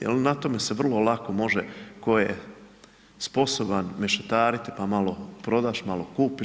Jer na tome se vrlo lako može tko je sposoban mešetariti pa malo prodaš, malo kupiš.